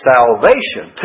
Salvation